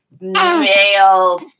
male